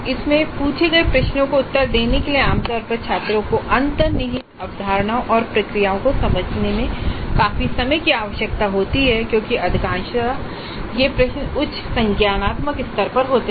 इसमें पूछे गए प्रश्नों का उत्तर देने के लिए आमतौर पर छात्रों को अंतर्निहित अवधारणाओं और प्रक्रियाओं को समझने में काफी समय की आवश्यकता होती है क्योंकि अधिकांशत यह प्रश्न उच्च संज्ञानात्मक स्तर पर होते हैं